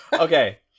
Okay